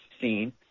seen